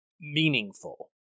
meaningful